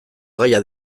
gaia